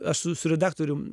aš su su redaktorium